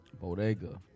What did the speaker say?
Bodega